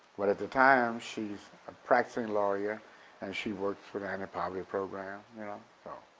but at the time she's a practicing lawyer and she works for an anti-poverty program, you know so.